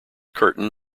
curtin